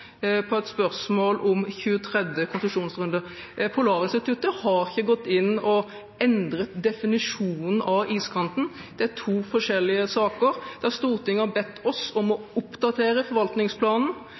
på et spørsmål om 23. konsesjonsrunde. Polarinstituttet har ikke gått inn og endret definisjonen av iskanten. Det er to forskjellige saker. Stortinget har bedt oss om å oppdatere forvaltningsplanen.